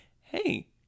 hey